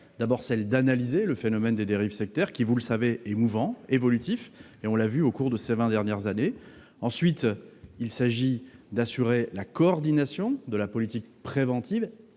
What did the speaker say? d'abord, celle d'analyser le phénomène des dérives sectaires, qui, vous le savez, est mouvant, évolutif-nous l'avons observé au cours de ces vingt dernières années ; ensuite, celle d'assurer la coordination de la politique préventive